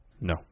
No